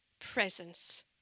presence